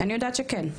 אני יודעת שכן.